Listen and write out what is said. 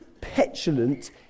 petulant